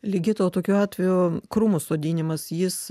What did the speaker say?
ligita o tokiu atveju krūmų sodinimas jis